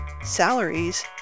salaries